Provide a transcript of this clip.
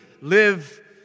live